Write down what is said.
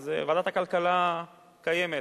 אז, ועדת הכלכלה קיימת.